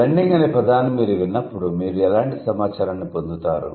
blending అనే పదాన్ని మీరు విన్నప్పుడు మీరు ఎలాంటి సమాచారాన్ని పొందుతారు